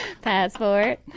Passport